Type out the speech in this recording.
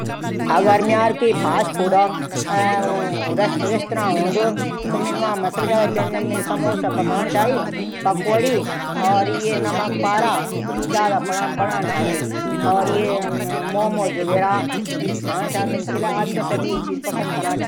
अगर म्यारू फास्टफूड कू रेस्तरां हूंदू त वां मिन व्यजन समोशा पकवडी नमकपारा मोमोज ऊगैरा ई बणा छ्इ मिन।